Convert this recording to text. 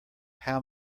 how